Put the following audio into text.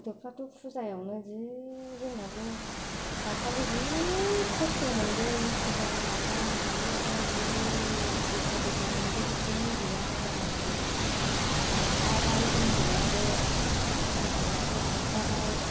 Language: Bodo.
गथ'फोराथ फुजायोवनो जि जोंनाबो दाखालि जि खस्थ' मोनदों फुजा माबा माबियावनो जि दोखो दोखो मेंग्लिजोबदों उन्दैया आजां गाजांनो सावफाबाय उनदैयाबो गिदिराबो सावफाबाय